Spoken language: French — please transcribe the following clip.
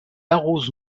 arrose